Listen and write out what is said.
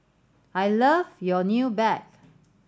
I love your new bag